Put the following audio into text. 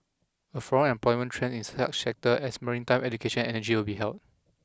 a forum employment trend in such sector as maritime education and energy will be held